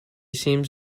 seems